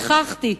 גיחכתי.